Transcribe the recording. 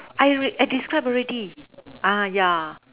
I re~ I describe already ah yeah